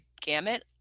gamut